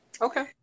Okay